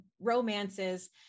romances